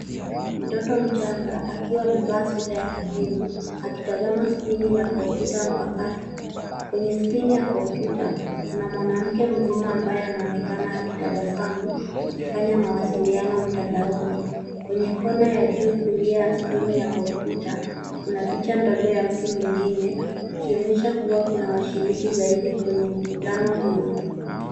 Mtoto mchanga akiwa amevaa sweta ya kijivu akitazama skrini ya kopyuta mpakato. Kwenye skrini ya kopyuta kuna mwanamke mzima ambaye anaonekana akitabasamu akifanya mawasiliano mtandaoni, kwenye kona ya juu kulia ya skrini ya kopyuta kuna picha dogo ya mtu mwingine ikionyesha kuwa kuna washiriki zaidi kwenye mkutano huo.